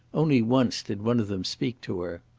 only once did one of them speak to her.